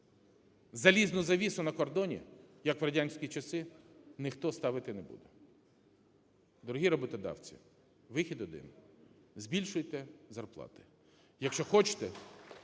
Залізну завісу на кордоні, як в радянські часи, ніхто ставити не буде. Дорогі роботодавці, вихід один – збільшуйте зарплати. (Оплески)